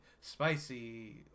spicy